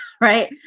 right